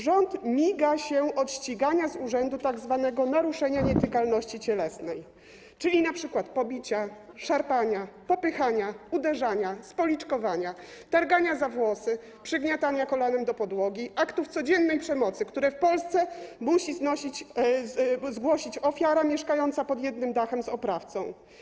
Rząd miga się od ścigania z urzędu tzw. naruszenia nietykalności cielesnej, czyli np. pobicia, szarpania, popychania, uderzania, spoliczkowania, targania za włosy, przygniatania kolanem do podłogi, aktów codziennej przemocy, które w Polsce musi znosić, zgłosić ofiara mieszkająca pod jednym dachem z oprawcą.